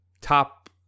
top